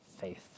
Faith